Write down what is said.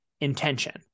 intention